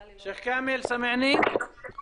יש לנו את המסקנות של כמה מפגשים